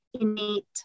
innate